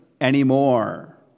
anymore